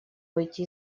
выйти